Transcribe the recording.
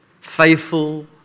faithful